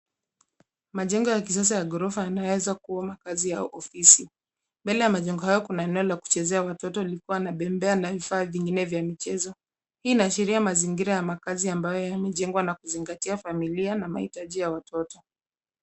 Majengo ya kisasa ya ghorofa yanayo kuwa makazi au ofisi. Mbele ya majengo hayo kuna eneo la kucheza watoto likiwa na bembea na vifaa vingine vya michezo. Hii inaashiria mazingira ya makazi ambayo yamejengwa na kuzingatia familia na mahitaji ya watoto.